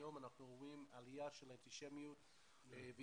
היום אנחנו רואים עלייה באנטישמיות ואיומים.